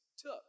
took